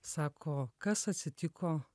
sako kas atsitiko